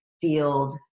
field